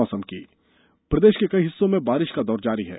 मौसम प्रदेश के कई हिस्सों में बारिश का दौर जारी है